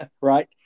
Right